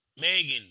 Megan